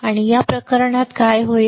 आणि या प्रकरणात काय होईल